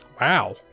Wow